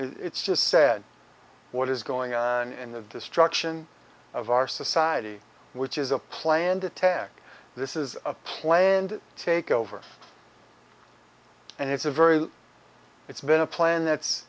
it's just sad what is going on in the destruction of our society which is a planned attack this is a planned takeover and it's a very it's been a plan that's